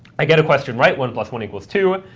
i get a question right. one plus one equals two.